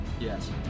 Yes